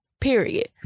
period